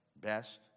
best